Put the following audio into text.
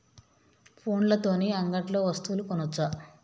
ఫోన్ల తోని అంగట్లో వస్తువులు కొనచ్చా?